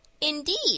Indeed